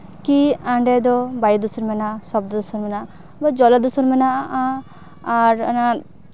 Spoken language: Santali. ᱠᱤ ᱚᱸᱰᱮ ᱫᱚ ᱥᱚᱵᱫᱚ ᱫᱷᱩᱥᱚᱱ ᱢᱮᱱᱟᱜᱼᱟ ᱵᱟ ᱡᱚᱞᱚ ᱫᱷᱩᱥᱚᱱ ᱢᱮᱱᱟᱜᱼᱟ ᱟᱨ